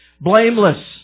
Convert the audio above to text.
blameless